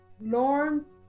Lawrence